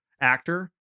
actor